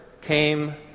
came